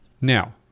now